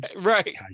Right